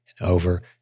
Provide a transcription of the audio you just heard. over